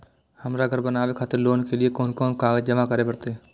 हमरा घर बनावे खातिर लोन के लिए कोन कौन कागज जमा करे परते?